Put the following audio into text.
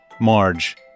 Marge